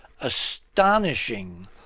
astonishing